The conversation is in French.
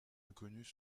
inconnues